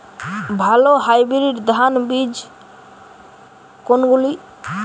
ভালো হাইব্রিড ধান বীজ কোনগুলি?